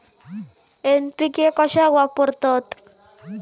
NPK कशाक वापरतत?